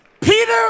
Peter